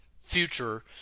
future